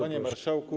Panie Marszałku!